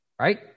right